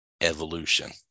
evolution